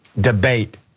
debate